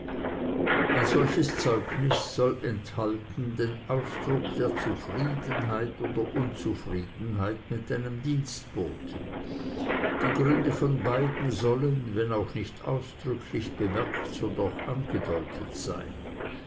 ein solches zeugnis soll enthalten den ausdruck der zufriedenheit oder unzufriedenheit mit einem dienstboten die gründe von beiden sollen wenn auch nicht ausdrücklich bemerkt so doch angedeutet sein